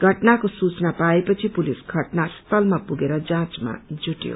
घटनाको सूचना पाए पछि पुलिस घटना स्थलमा पुगेर जाँचमा जुटयो